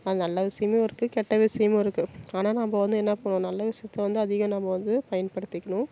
அது நல்ல விஷயமும் இருக்குது கெட்ட விஷயமும் இருக்குது ஆனால் நாம்ம வந்து என்ன பண்ணணும் நல்ல விஷயத்த வந்து அதிகம் நம்ம வந்து பயன்படுத்திக்கணும்